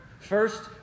first